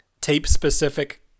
tape-specific